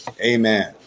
Amen